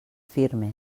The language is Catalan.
firme